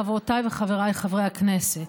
חברותיי וחבריי חברי הכנסת,